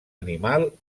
animal